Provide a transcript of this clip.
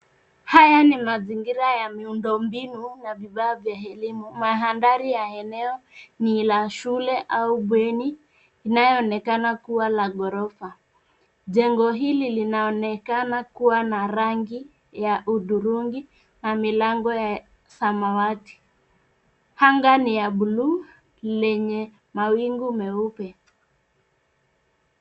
Haya ni mazingira ya miundo mbinu na vifaa vya elimu. Mandhari ya eneo ni la shule au bweni inayoonekana kuwa la ghorofa. Jengo hili linaonekana kuwa na rangi ya hudhurungi na milango ya samawati. Anga ni ya bluu yenye mawingu meupe.